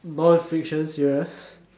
non fiction serious